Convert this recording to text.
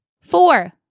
Four